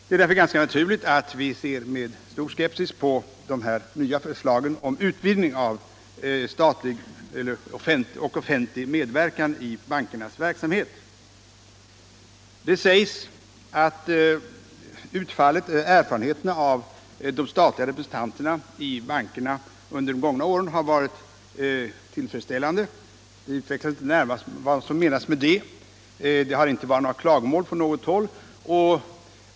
Det är därför naturligt att vi ser med stor skepsis på dessa förslag om en Det sägs att erfarenheten av de statliga representanterna i bankerna under de gångna åren varit tillfredsställande. Det utvecklas inte närmare vad som menas med det. Det har inte framförts några klagomål från någotdera hållet.